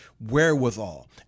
wherewithal